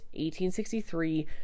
1863